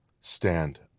stand